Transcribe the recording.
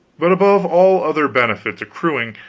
but above all other benefits accruing,